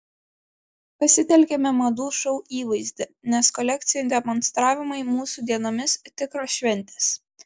pasitelkėme madų šou įvaizdį nes kolekcijų demonstravimai mūsų dienomis tikros šventės